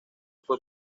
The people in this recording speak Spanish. fue